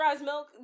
milk